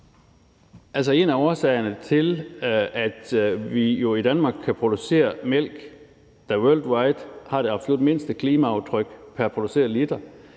en af årsagerne til, at vi i Danmark kan producere mælk, der worldwide har det absolut mindste klimaaftryk pr.